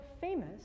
famous